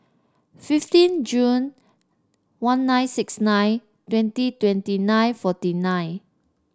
fifteen June one nine six nine twenty twenty nine forty nine